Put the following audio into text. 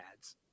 ads